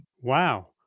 Wow